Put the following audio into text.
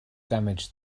damaged